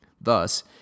Thus